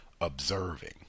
observing